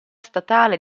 statale